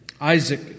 Isaac